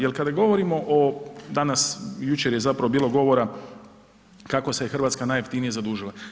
Jer kada govorimo o danas, jučer je zapravo bilo govora, kako se Hrvatska najjeftinije zadužila.